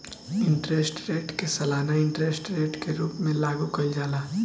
interest rate के सालाना interest rate के रूप में लागू कईल जाला